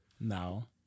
now